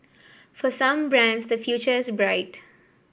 for some brands the future is bright